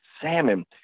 salmon